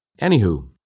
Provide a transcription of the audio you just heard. Anywho